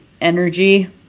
energy